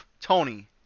Tony